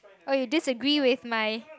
oh you disagree with my